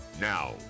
Now